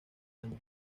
año